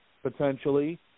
potentially